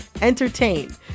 entertain